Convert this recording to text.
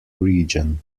region